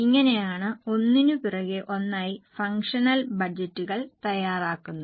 ഇങ്ങനെയാണ് ഒന്നിനുപുറകെ ഒന്നായി ഫംഗ്ഷണൽ ബജറ്റുകൾ തയ്യാറാക്കുന്നത്